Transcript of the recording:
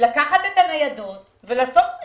לקחת את הניידות ולשים אותן שם.